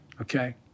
Okay